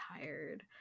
tired